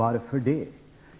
Varför det?